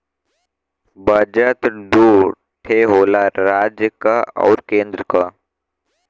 budget दू ठे होला राज्य क आउर केन्द्र क